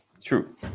true